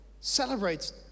celebrates